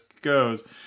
goes